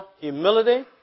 humility